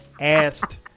asked